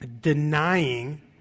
Denying